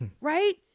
right